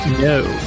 No